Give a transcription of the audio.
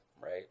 right